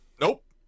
Nope